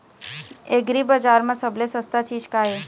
एग्रीबजार म सबले सस्ता चीज का ये?